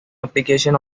application